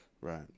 right